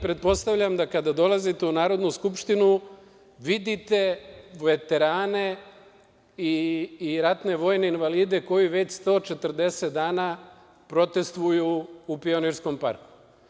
Pretpostavljam da vi kada dolazite u Narodnu skupštinu vidite veterane i ratne vojne invalide koji već 140 dana protestvuju u Pionirskom parku.